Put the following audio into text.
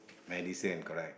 medicine correct